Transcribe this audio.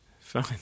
fine